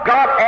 God